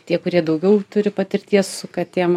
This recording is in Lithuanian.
tie kurie daugiau turi patirties su katėm